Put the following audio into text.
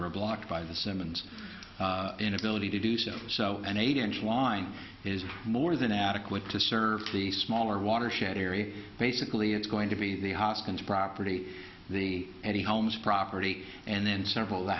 were blocked by the simmons inability to do so so an eight inch line is more than adequate to serve the smaller watershed area basically it's going to be the hoskins property the eddie homes property and then several